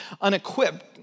unequipped